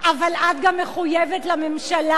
אבל את גם מחויבת לממשלה.